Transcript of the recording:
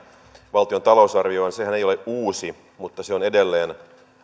valtion talousarvioon sehän ei ole uusi mutta se on edelleen